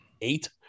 eight